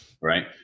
right